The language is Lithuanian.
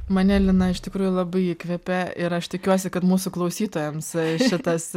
mane lina iš tikrųjų labai įkvepia ir aš tikiuosi kad mūsų klausytojams šitas